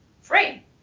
free